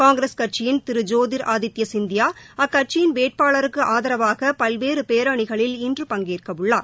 காங்கிரஸ் கட்சியின் திரு ஜோதீர் ஆதித்ய சிந்தியா அக்கட்சியின் வேட்பாளருக்கு ஆதரவாக பல்வேறு பேரணிகளில் இன்று பங்கேற்கவுள்ளார்